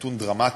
נתון דרמטי,